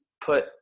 put